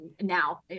now